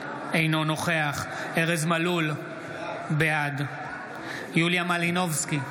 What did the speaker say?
אינו נוכח ארז מלול, בעד יוליה מלינובסקי,